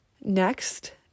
Next